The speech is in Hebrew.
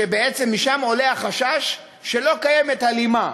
שבעצם משם עולה החשש שלא קיימת הלימה.